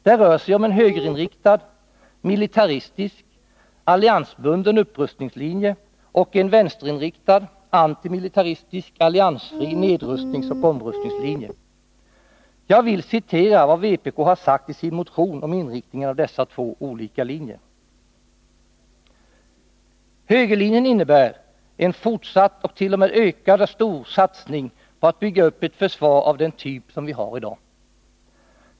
Det rör sig om en högerinriktad, militaristisk, alliansbunden upprustningslinje och en vänsterinriktad, antimilitaristisk, alliansfri nedrustningsoch omrustningslinje. Jag vill citera vad vpk i sin motion 701 har sagt om inriktningen av dessa två olika linjer: ”Högerlinjen innebär fortsatta och t.o.m. ökande stora satsningar på att bygga upp ett försvar av den typ vi har i dag.